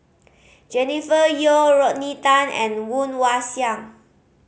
Jennifer Yeo Rodney Tan and Woon Wah Siang